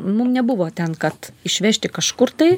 mum nebuvo ten kad išvežti kažkur tai